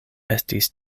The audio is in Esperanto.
estis